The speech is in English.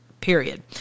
period